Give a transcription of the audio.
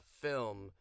film